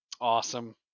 Awesome